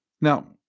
Now